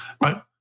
Right